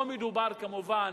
לא מדובר כמובן,